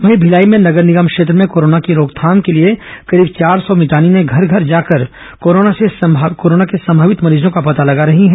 वहीं भिलाई में नगर निगम क्षेत्र में कोरोना की रोकथाम के लिये करीब चार सौ मितानिने घर घर जाकर कोरोना के संभावित मरीजों का पता लगा रही है